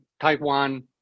Taiwan